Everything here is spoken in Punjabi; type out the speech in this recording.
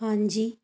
ਹਾਂਜੀ